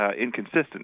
inconsistent